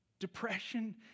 Depression